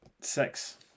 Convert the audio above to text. Six